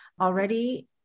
already